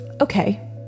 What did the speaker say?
Okay